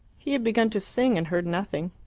he had begun to sing, and heard nothing.